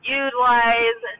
utilize